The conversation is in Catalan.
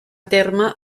terme